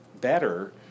better